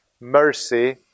mercy